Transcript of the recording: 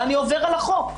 ואני עובר על החוק.